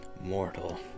mortal